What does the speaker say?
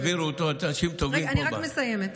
העבירו אותו אנשים טובים, רגע, אני מסיימת.